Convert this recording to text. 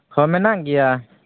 ᱦᱚᱸ ᱢᱮᱱᱟᱜ ᱜᱮᱭᱟ